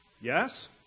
Yes